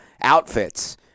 outfits